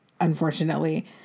unfortunately